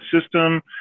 system